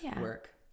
work